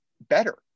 better